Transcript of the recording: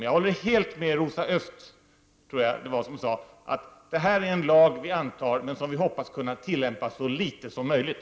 Jag håller helt med Rosa Östh — jag tror att det var hon som sade det - om att detta är en lag som vi antar men som vi hoppas skall behöva tillämpas så litet som möjligt.